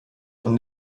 und